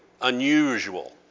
unusual